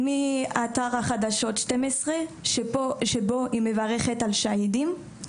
מאתר החדשות 12, שבו היא מברכת על שאהידים.